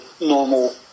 normal